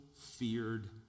feared